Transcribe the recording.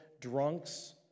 drunks